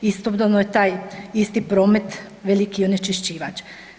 Istodobno je taj isti promet veliki onečišćivač.